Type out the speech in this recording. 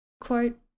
Quote